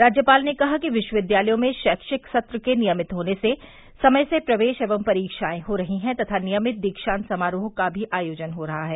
राज्यपाल ने कहा कि विश्वविद्यालयों में शैक्षिक सत्र के नियमित होने से समय से प्रवेश एवं परीक्षाएं हो रही है तथा नियमित दीक्षान्त समारोह का भी आयोजन हो रहा है